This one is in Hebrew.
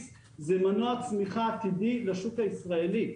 זה מנוע צמיחה עתידי לשוק הישראלי.